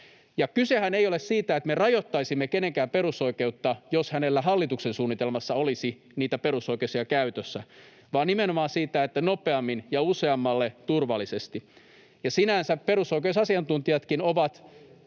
Kysehän ei ole siitä, että me rajoittaisimme kenenkään perusoikeutta, jos henkilöllä hallituksen suunnitelmassa olisi niitä perusoikeuksia käytössä, vaan nimenomaan siitä, että nopeammin ja useammalle turvallisesti. Sinänsä useimmat perusoikeusasiantuntijatkin ovat